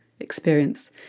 experience